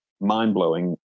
mind-blowing